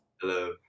Hello